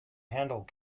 handle